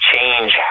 change